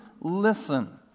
listen